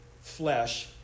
flesh